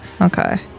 Okay